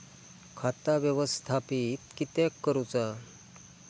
खाता व्यवस्थापित किद्यक करुचा?